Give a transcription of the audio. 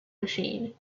machine